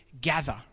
gather